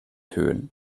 höhen